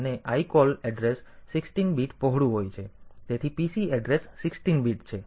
અને lcall address 16 bit પહોળું છે તેથી PC એડ્રેસ 16 બીટ છે